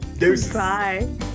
Bye